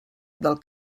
del